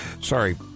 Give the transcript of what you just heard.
Sorry